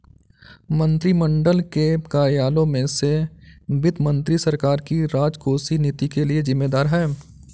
मंत्रिमंडल के कार्यालयों में से वित्त मंत्री सरकार की राजकोषीय नीति के लिए जिम्मेदार है